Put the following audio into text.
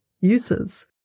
uses